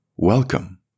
Welcome